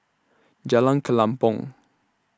Jalan Kelempong